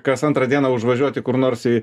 kas antrą dieną užvažiuoti kur nors į